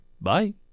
Bye